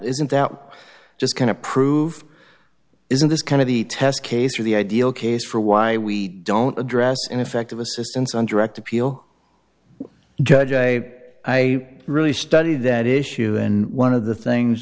isn't out just kind of prove isn't this kind of the test case or the ideal case for why we don't address ineffective assistance on direct appeal judge a i really study that issue and one of the things